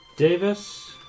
Davis